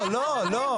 לא,